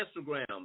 Instagram